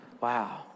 Wow